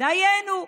דיינו,